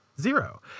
zero